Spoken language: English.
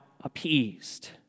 appeased